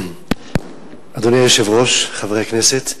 אדוני היושב-ראש, חברי הכנסת,